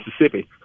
Mississippi